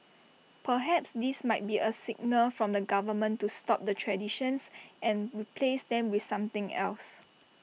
perhaps this might be A signal from the government to stop the traditions and replace them with something else